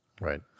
Right